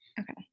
Okay